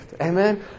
Amen